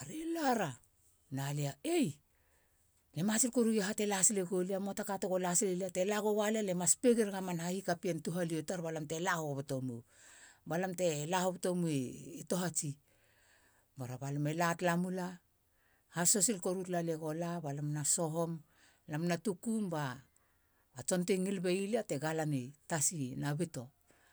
Are lara, eii lia ma atei sil koruegi taka ego la sileio lia. Te la goa lia, alie mas pegi ragou a man hahikapien touhalio tar ba lam te la hoboto mou, ba lam te la hoboto mou i tohatsi. Bara ba lam e la tala mula. Hasoso sil koru tala lia go la ba lam na sohom. Lam na tukum ba tson ti ngil bei lia te galani tasi, na bito